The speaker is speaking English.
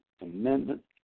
amendment